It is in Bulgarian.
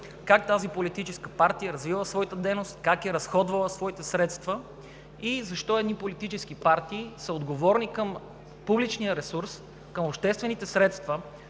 как тази политическа партия развива своята дейност, как е разходвала своите средства и защо едни политически партии са отговорни към публичния ресурс, към обществените средства,